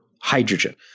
hydrogen